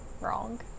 wrong